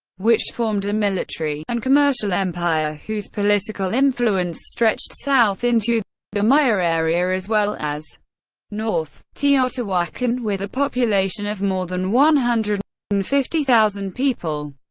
which formed a military and commercial empire whose political influence stretched south into the maya area as well as north. teotihuacan, with a population of more than one hundred and fifty thousand people,